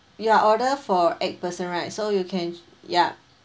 you are order for eight person right so you can ya